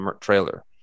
trailer